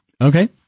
Okay